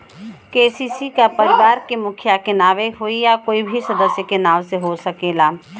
KCC का परिवार के मुखिया के नावे होई या कोई भी सदस्य के नाव से हो सकेला?